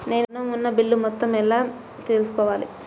నేను ఋణం ఉన్న బిల్లు మొత్తం ఎలా తెలుసుకోవాలి?